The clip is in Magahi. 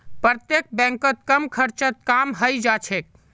प्रत्यक्ष बैंकत कम खर्चत काम हइ जा छेक